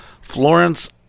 Florence